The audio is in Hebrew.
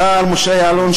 השר משה יעלון,